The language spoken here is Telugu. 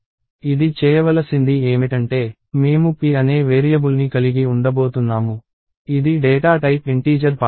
ఇది చేయవలసింది ఏమిటంటే మేము p అనే వేరియబుల్ని కలిగి ఉండబోతున్నాము ఇది డేటా టైప్ ఇంటీజర్ పాయింటర్